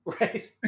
right